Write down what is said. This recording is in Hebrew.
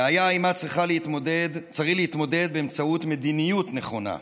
בעיה שעימה צריך להתמודד באמצעות מדיניות נכונה.